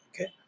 Okay